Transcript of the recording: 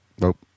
Nope